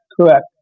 correct